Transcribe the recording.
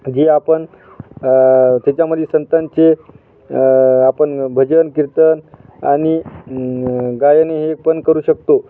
जे आपण त्याच्यामध्ये संतांचे आपण भजन कीर्तन आणि गायन हे पण करू शकतो